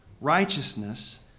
righteousness